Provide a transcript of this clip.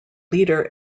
leader